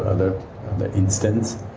another instance,